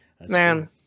Man